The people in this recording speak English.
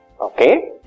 Okay